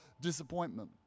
disappointment